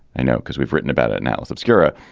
i know, because we've written about it now, obscura,